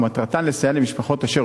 ומטרתן לסייע למשפחות הנמצאות בהתדיינות